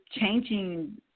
changing